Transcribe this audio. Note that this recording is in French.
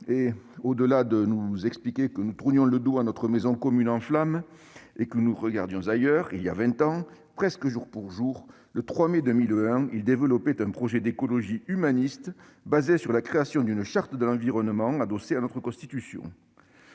Au-delà de nous expliquer que nous tournions le dos à notre maison commune en flammes et que nous regardions ailleurs, voilà vingt ans presque jour pour jour, le 3 mai 2001, il développait un projet d'écologie humaniste basée sur la création d'une charte de l'environnement adossée à notre Constitution.